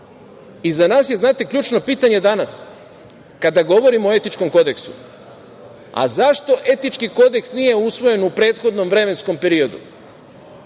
nas je ključno pitanje danas, kada govorimo o etičkom kodeksu, zašto etički kodeks nije usvojen u prethodnom vremenskom periodu?